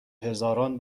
هزاران